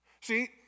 See